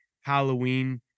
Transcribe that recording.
Halloween